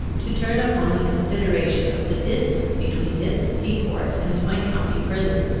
to turn upon the consideration of the distance between this sea-port and my county prison,